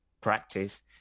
practice